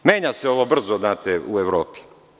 Menja se ovo brzo, znate, u Evropi.